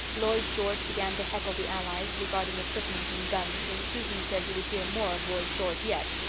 lloyd george began to heckle the allies regarding equipment and guns and susan said you would hear more of lloyd george yet.